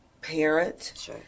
parent